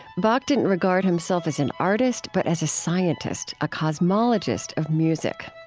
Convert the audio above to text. bach didn't regard himself as an artist but as a scientist, a cosmologist of music.